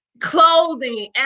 clothing